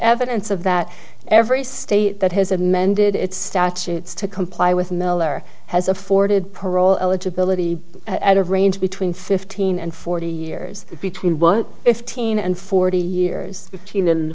evidence of that every state that has amended its statutes to comply with miller has afforded parole eligibility at a range between fifteen and forty years between one if teen and forty years she